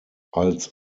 als